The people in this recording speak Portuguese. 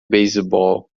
beisebol